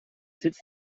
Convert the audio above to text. sitz